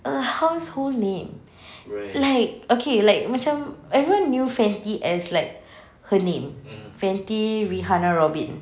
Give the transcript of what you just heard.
a household name like okay like macam everyone knew fenty as like her name fenty rihanna robyn